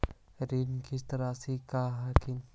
ऋण किस्त रासि का हई?